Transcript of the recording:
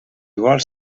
vols